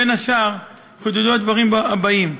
בין השאר, חודדו הדברים הבאים: